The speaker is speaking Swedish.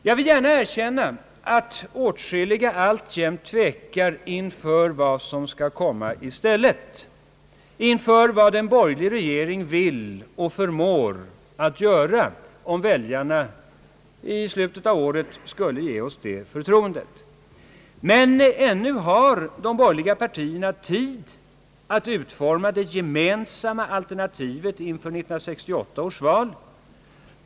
Jag vill gärna erkänna, att åtskilliga alltjämt tvekar inför vad som skall komma i stället, inför vad en borgerlig regering vill och förmår att göra om väljarna i slutet av året skulle ge oss förtroendet. Men ännu har de borgerliga partierna tid att utforma det gemensamma alternativet inför 1968 års val.